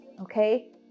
okay